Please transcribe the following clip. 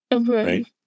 Right